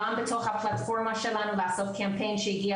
גם בתוך הפלטפורמה שלנו לעשות קמפיין שהגיע